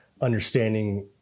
understanding